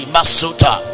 Masuta